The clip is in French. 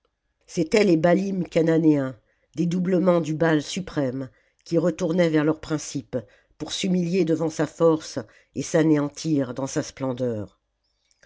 c'étaient les baalim chananéens dédoublements du baal suprême qui retournaient vers leur principe pour s'humilier devant sa force et s'anéantir dans sa splendeur